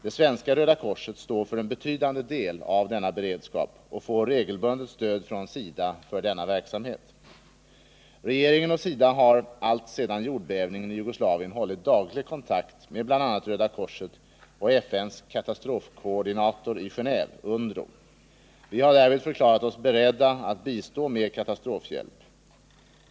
Det svenska Röda korset står för en betydande del av denna beredskap och får regelbundet stöd från SIDA för denna verksamhet. Regeringen och SIDA har alltsedan jordbävningen i Jugoslavien hållit daglig kontakt med bl.a. Röda korset och FN:s katastrofkoordinator i Genéve, UNDRO. Vi har därvid förklarat oss beredda att bistå med katastrofhjälp.